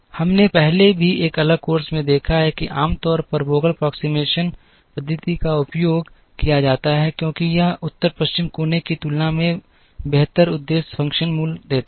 हमने पहले भी एक अलग कोर्स में देखा है कि आमतौर पर वोगेल की सन्निकटन पद्धति का उपयोग किया जाता है क्योंकि यह उत्तर पश्चिम कोने के नियम की तुलना में बेहतर उद्देश्य फ़ंक्शन मूल्य देता है